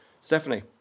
Stephanie